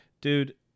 Dude